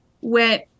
Went